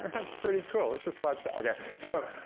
and that's pretty cool. let's just watch that, okay. so,